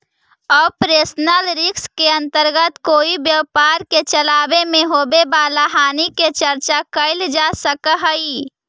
operational risk के अंतर्गत कोई व्यापार के चलावे में होवे वाला हानि के चर्चा कैल जा सकऽ हई